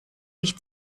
mich